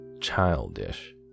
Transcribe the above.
Childish